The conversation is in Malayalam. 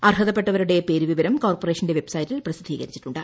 അർഹതപ്പെട്ടവരുടെ പ്രെുവിവരം കോർപ്പറേഷന്റെ വെബ്സൈറ്റിൽ പ്രസിദ്ധീകരിച്ചിട്ടുണ്ട്